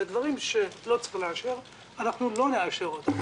דברים שלא צריך לאשר אנחנו לא נאשר.